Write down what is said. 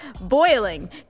boiling